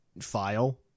file